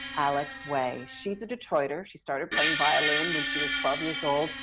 alex way. she's a detroiter, she started playing violin when she was twelve years old,